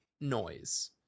noise